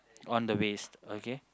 on the waist okay